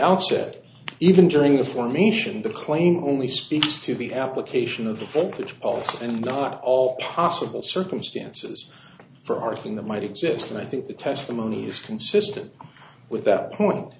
outset even during the formation the claim only speaks to the application of the focus and not all possible circumstances for our thing that might exist and i think the testimony is consistent with that point